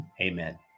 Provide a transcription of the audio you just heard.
Amen